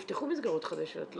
נפתחו מסגרות חדשות לא?